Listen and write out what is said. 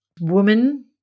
woman